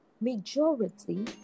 majority